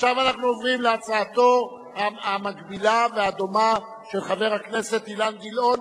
עכשיו אנחנו עוברים להצעתו המקבילה והדומה של חבר הכנסת אילן גילאון,